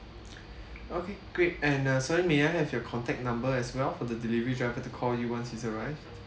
okay great and uh sorry may I have your contact number as well for the delivery driver to call you once he's arrived